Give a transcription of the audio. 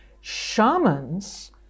Shamans